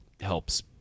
helps